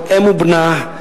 אם ובנה,